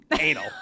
Anal